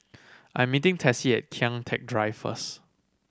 I meeting Tessie Kian Teck Drive first